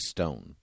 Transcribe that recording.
Stone